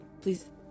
please